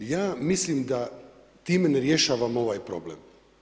Ja mislim da tim ne rješavamo ovaj problem.